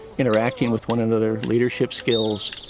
interacting with one another, leadership skills,